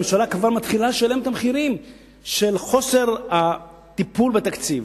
הממשלה כבר מתחילה לשלם את המחירים של חוסר הטיפול בתקציב.